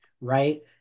right